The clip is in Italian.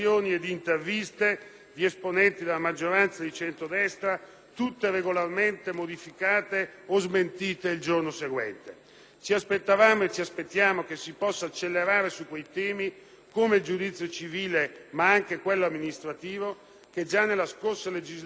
di esponenti della maggioranza di centrodestra, tutte regolarmente modificate o smentite il giorno seguente. Ci aspettavamo e ci aspettiamo che si possano imprimere accelerazioni su temi come il giudizio civile, ma anche amministrativo, che già nella scorsa legislatura furono